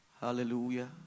Hallelujah